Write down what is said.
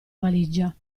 valigia